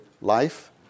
Life